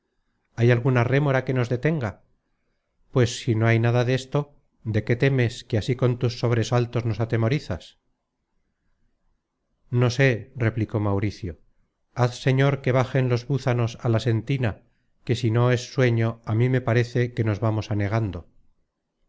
hay alguna rémora que nos detenga pues si no hay nada desto de qué temes que ansí con tus sobresaltos nos atemorizas no sé replicó mauricio haz señor que bajen los búzanos á la sentina que si no es sueño á mí me parece que nos vamos anegando